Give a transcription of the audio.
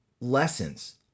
lessons